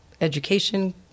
education